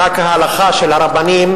ההלכה של הרבנים,